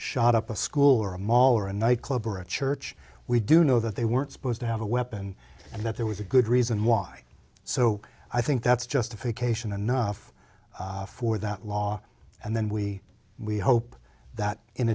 shot up a school or a mall or a nightclub or a church we do know that they weren't supposed to have a weapon and that there was a good reason why so i think that's justification enough for that law and then we we hope that in